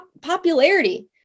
popularity